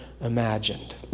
imagined